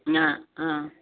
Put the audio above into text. ആ ആ